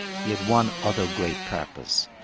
he had one other great purpose,